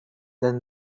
then